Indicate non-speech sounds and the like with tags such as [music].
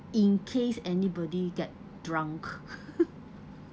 in case anybody get drunk [laughs]